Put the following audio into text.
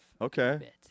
okay